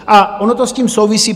A ono to s tím souvisí.